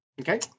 Okay